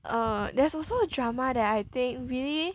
err there's also a drama that I think really